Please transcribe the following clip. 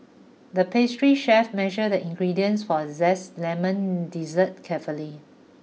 the pastry chef measure the ingredients for a zesty lemon dessert carefully